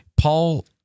Paul